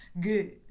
Good